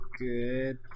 good